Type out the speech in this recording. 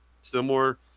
similar